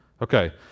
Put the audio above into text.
Okay